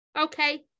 Okay